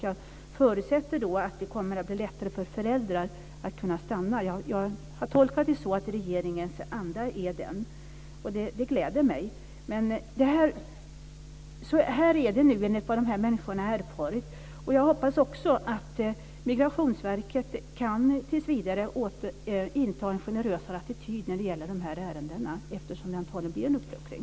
Jag förutsätter att det kommer att bli lättare för föräldrar att få stanna. Så har jag tolkat regeringens anda, och det gläder mig. Detta är vad de här människorna har erfarit. Jag hoppas också att Migrationsverket tills vidare kan inta en generösare attityd i dessa ärenden eftersom det antagligen kommer att ske en uppluckring.